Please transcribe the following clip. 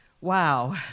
Wow